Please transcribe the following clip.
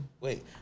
Wait